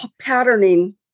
patterning